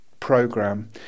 Program